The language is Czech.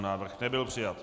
Návrh nebyl přijat.